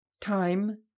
Time